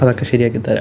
അതൊക്കെ ശരിയാക്കി തരാം